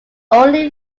only